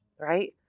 Right